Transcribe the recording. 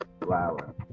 flower